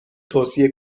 توصیه